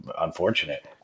unfortunate